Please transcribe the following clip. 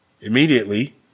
Immediately